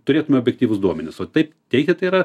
turėtume objektyvius duomenis o taip teigti tai yra